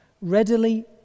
Readily